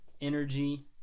energy